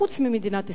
חוץ ממדינת ישראל.